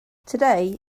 today